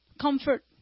comfort